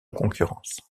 concurrence